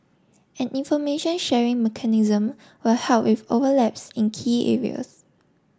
an information sharing mechanism will help with overlaps in key areas